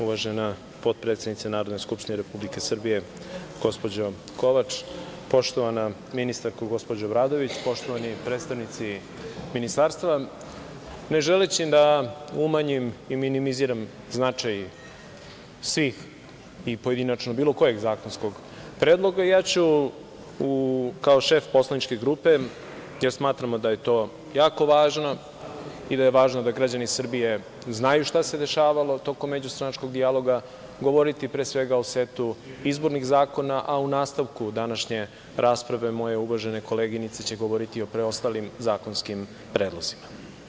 Uvažena potpredsednice Narodne skupštine Republike Srbije, gospođo Kovač, poštovana ministarko Obradović, poštovani predstavnici ministarstva, ne želeći da umanjim i minimiziram značaj svih i pojedinačno bilo kojeg zakonskog predloga, ja ću kao šef poslaničke grupe, jer smatramo da je to jako važno i da je važno da građani Srbije znaju šta se dešavalo tokom međustranačkog dijaloga, govoriti pre svega, o setu izbornih zakona, a u nastavku današnje rasprave moje uvažene koleginice će govoriti o preostalim zakonskim predlozima.